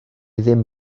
ddim